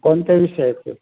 कोणत्या विषयाचं